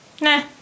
Nah